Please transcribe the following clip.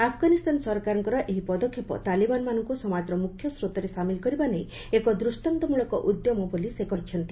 ଆଫଗାନିସ୍ତାନ ସରକାରଙ୍କ ଏହି ପଦକ୍ଷେପ ତାଲିବାନମାନଙ୍କୁ ସମାଜର ମୁଖ୍ୟସ୍ରୋତରେ ସାମିଲ କରିବା ନେଇ ଏକ ଦୃଷ୍ଟାନ୍ତମଳକ ଉଦ୍ୟମ ବୋଲି ସେ କହିଛନ୍ତି